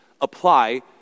apply